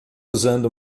usando